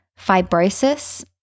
fibrosis